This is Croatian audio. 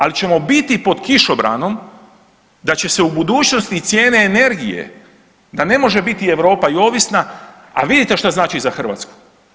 Ali ćemo biti pod kišobranom da će se u budućnosti i cijene energije, da ne može biti i Europa ovisna, a vidite šta znači za Hrvatsku.